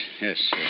yes